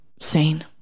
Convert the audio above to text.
sane